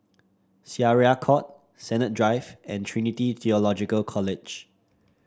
Syariah Court Sennett Drive and Trinity Theological College